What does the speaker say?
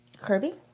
Kirby